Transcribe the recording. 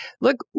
look